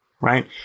right